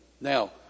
Now